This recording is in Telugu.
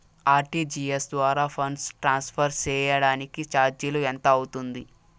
ఆర్.టి.జి.ఎస్ ద్వారా ఫండ్స్ ట్రాన్స్ఫర్ సేయడానికి చార్జీలు ఎంత అవుతుంది